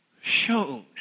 shown